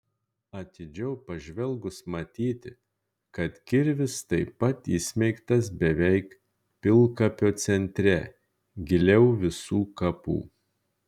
atidžiau pažvelgus matyti kad kirvis taip pat įsmeigtas beveik pilkapio centre giliau visų kapų